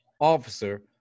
officer